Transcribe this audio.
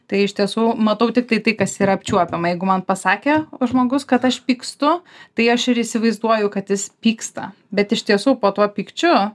tai iš tiesų matau tiktai tai kas yra apčiuopiama jeigu man pasakė žmogus kad aš pykstu tai aš ir įsivaizduoju kad jis pyksta bet iš tiesų po tuo pykčiu